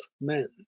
men